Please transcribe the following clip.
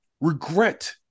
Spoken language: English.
regret